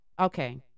Okay